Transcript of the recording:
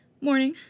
Morning